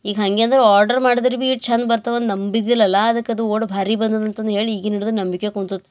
ಈಗ ಹಂಗ್ಯಂದ್ರ ಆರ್ಡ್ರ್ ಮಾಡಿದ್ರ್ ಬಿ ಈಟ್ ಛಂದ ಬರ್ತಾವಂದು ನಂಬಿದಿಲ್ಲಲಾ ಅದಕ್ಕದು ಓಡ್ ಭಾರಿ ಬಂದದ ಅಂತಂದ್ಹೇಳಿ ಈಗಿನ ಹಿಡ್ದು ನಂಬಿಕೆ ಕುಂತತ